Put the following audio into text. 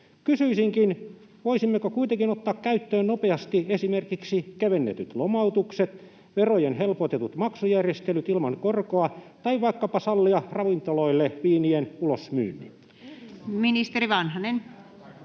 Kysyisinkin: voisimmeko kuitenkin ottaa käyttöön nopeasti esimerkiksi kevennetyt lomautukset ja verojen helpotetut maksujärjestelyt ilman korkoa tai vaikkapa sallia ravintoloille viinien ulosmyynnin? Ministeri Vanhanen.